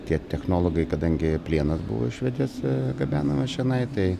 tie technologai kadangi plienas buvo iš švedijos gabenamas čionai tai